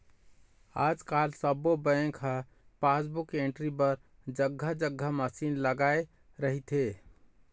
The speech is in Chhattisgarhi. आजकाल सब्बो बेंक ह पासबुक एंटरी बर जघा जघा मसीन लगाए रहिथे